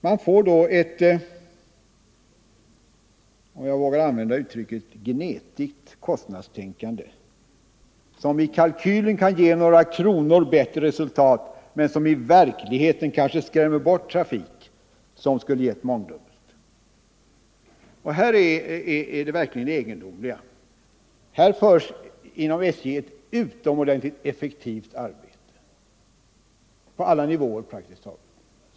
Man får då ett — om jag vågar använda uttrycket — gnetigt kostnadstänkande, som i kalkylen kan ge några kronors bättre resultat men som i verkligheten kanske skrämmer bort trafik som skulle ha gett mångdubbelt. Det utförs inom SJ ett utomordentligt effektivt arbete på praktiskt taget alla nivåer.